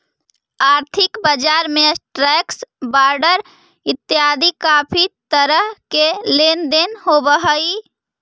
आर्थिक बजार में स्टॉक्स, बॉंडस इतियादी काफी तरह के लेन देन होव हई